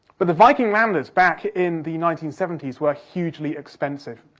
but the viking landers back in the nineteen seventy s were hugely expensive.